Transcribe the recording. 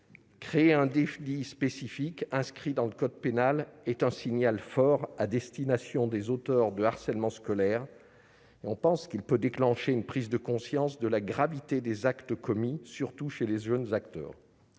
Créer un délit spécifique, inscrit dans le code pénal, est un signal fort à destination des auteurs de harcèlement scolaire. Il peut déclencher une prise de conscience de la gravité des actes commis, surtout chez de jeunes auteurs.